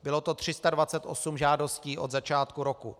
Bylo to 328 žádostí od začátku roku.